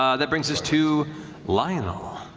um that brings us to lionel.